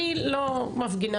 אני לא מפגינה,